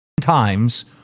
times